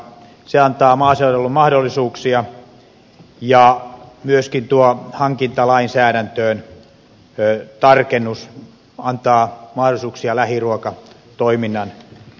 se antaa maaseudulle mahdollisuuksia ja myöskin tuo tarkennus hankintalainsäädäntöön antaa mahdollisuuksia lähiruokatoiminnan lisäämiseen